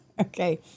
Okay